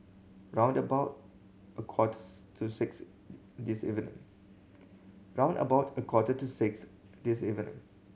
round about a quarters to six this evening